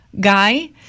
guy